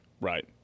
Right